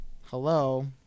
hello